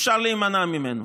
אפשר להימנע ממנו.